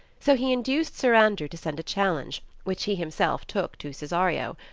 so he induced sir andrew to send a challenge, which he himself took to cesario.